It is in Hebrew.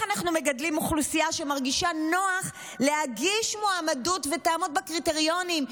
כך נגדל אוכלוסייה שמרגישה נוח להגיש מועמדות ותעמוד בקריטריונים.